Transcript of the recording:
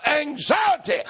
anxiety